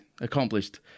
accomplished